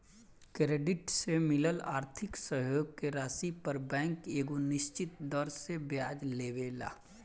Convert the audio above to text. credit से मिलल आर्थिक सहयोग के राशि पर बैंक एगो निश्चित दर से ब्याज लेवेला